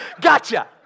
gotcha